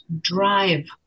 drive